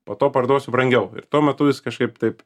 po to parduosiu brangiau ir tuo metu jis kažkaip taip